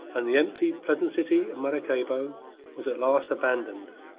and the empty, pleasant city of maracaybo was at last abandoned.